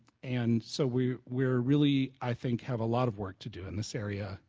and so we're we're really i think have a lot of work to do in this area,